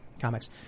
comics